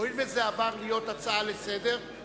הואיל וזה עבר להיות הצעה לסדר-היום,